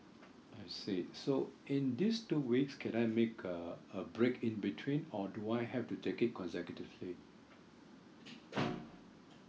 I see so in these two weeks can I make uh a break in between or do I have to take it consecutively